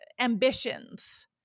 ambitions